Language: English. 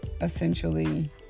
essentially